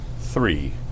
Three